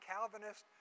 Calvinist